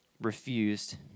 refused